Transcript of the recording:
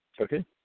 Okay